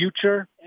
future